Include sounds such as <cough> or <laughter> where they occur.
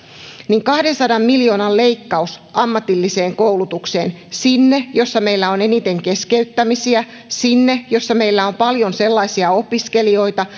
niin kahdensadan miljoonan leikkaus ammatilliseen koulutukseen sinne missä meillä on eniten keskeyttämisiä sinne missä meillä on paljon sellaisia opiskelijoita <unintelligible>